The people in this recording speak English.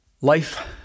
life